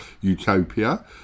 Utopia